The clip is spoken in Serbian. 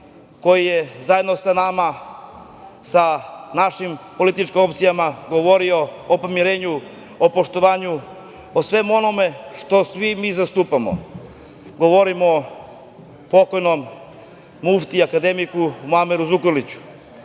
koji je zajedno sa nama, sa našim političkim opcijama govorio o pomirenju, o poštovanju, o svemu onome što svi mi zastupamo. Govorim o pokojnom muftiji, akademiku Muameru Zukorliću,